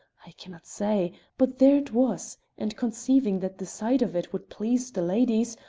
i can not say but there it was and conceiving that the sight of it would please the ladies,